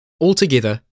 Altogether